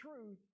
truth